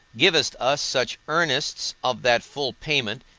givest us such earnests of that full payment,